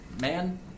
man